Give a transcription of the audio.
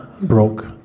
broke